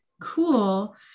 cool